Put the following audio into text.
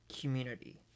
community